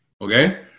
Okay